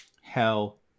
Hell